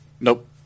Nope